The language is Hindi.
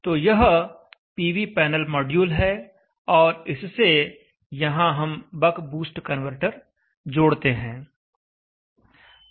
तो यह पीवी पैनल मॉड्यूल है और इससे यहां हम बक बूस्ट कन्वर्टर जोड़ते हैं